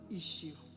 issue